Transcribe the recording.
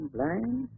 Blind